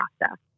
process